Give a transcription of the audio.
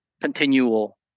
continual